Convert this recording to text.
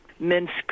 Minsk